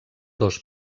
dos